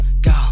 go